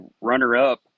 runner-up